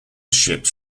ships